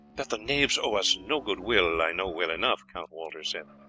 that the knaves owe us no good-will i know well enough, count walter said,